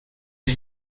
the